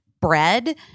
bread